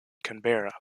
canberra